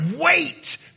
wait